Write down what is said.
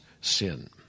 sin